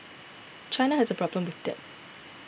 China has a problem with debt